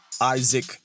Isaac